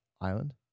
island